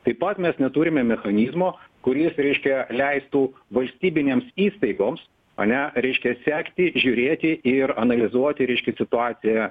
taip pat mes neturime mechanizmo kuris reiškia leistų valstybinėms įstaigoms ane reiškia sekti žiūrėti ir analizuoti reiškia situaciją